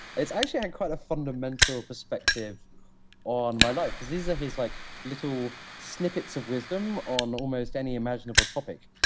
it's actually had quite a fundamental perspective on my life because these are his like little snippets of wisdom on almost any imaginable topic,